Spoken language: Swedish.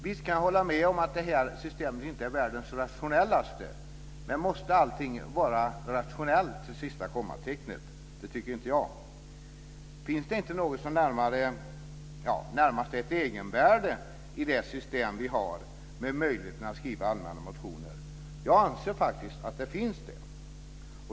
Visst kan jag hålla med om att det här systemet inte är världens rationellaste. Men måste allting vara rationellt till sista kommatecknet? Det tycker inte jag. Finns det inte något som närmast är ett egenvärde i det system som vi har med möjlighet att skriva allmänna motioner? Jag anser faktiskt att det finns det.